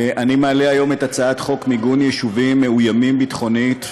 אני מעלה היום את הצעת חוק מיגון יישובים מאוימים ביטחונית,